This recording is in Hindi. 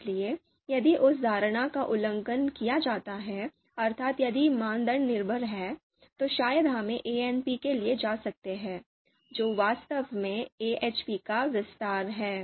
इसलिए यदि उस धारणा का उल्लंघन किया जाता है अर्थात यदि मानदंड निर्भर हैं तो शायद हम ANP के लिए जा सकते हैं जो वास्तव में AHP का विस्तार है